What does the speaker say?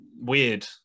weird